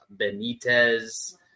Benitez